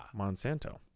Monsanto